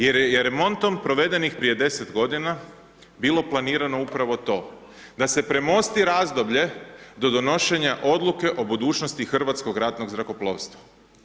Jer je remontom provedenih prije 10 g. bilo planirano upravo to, da se premosti razdoblje do donošenja odluke o budućnosti hrvatskog ratnog zrakoplovstva.